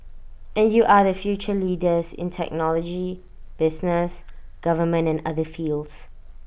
and you are the future leaders in technology business government and other fields